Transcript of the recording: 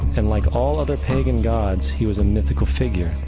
and like all other pagan gods, he was a mythical figure.